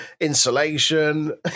insulation